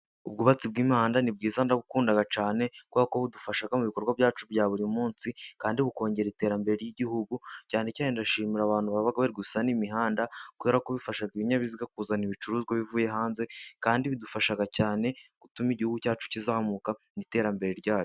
Ubwubatsi bw'imihanda ni bwiza ndagukunda cyane, kuko budufasha mu bikorwa byacu bya buri munsi, kandi bukongera iterambere ry'igihugu, cyane cyane ndashimira abantu baba bari gusana imihanda, kubera ko bifasha ibinyabiziga kuzana ibicuruzwa bivuye hanze, kandi bidufasha cyane gutuma igihugu cyacu kizamuka mu iterambere ryaco.